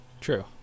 true